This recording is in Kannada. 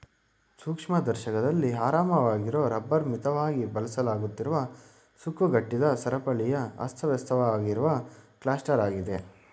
ಸೂಕ್ಷ್ಮದರ್ಶಕದಲ್ಲಿ ಆರಾಮವಾಗಿರೊ ರಬ್ಬರ್ ಮಿತವಾಗಿ ಬದಲಾಗುತ್ತಿರುವ ಸುಕ್ಕುಗಟ್ಟಿದ ಸರಪಳಿಯ ಅಸ್ತವ್ಯಸ್ತವಾಗಿರುವ ಕ್ಲಸ್ಟರಾಗಿದೆ